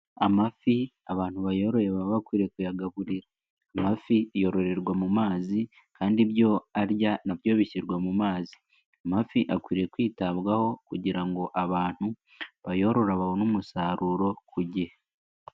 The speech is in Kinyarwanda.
Amafi abantu bayoroye baba bakwiriye kuyagaburira amafi yororerwa mu mazi kandi ibyo arya nabyo bishyirwa mu mazi. Amafi akwiriye kwitabwaho kugira ngo abantu bayorora babone umusaruro ku gihe.